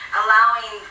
allowing